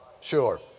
Sure